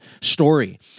story